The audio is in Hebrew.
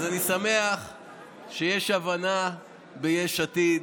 אז אני שמח שיש הבנה ביש עתיד,